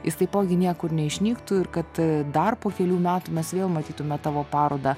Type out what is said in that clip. jis taipogi niekur neišnyktų ir kad e dar po kelių metų mes vėl matytume tavo parodą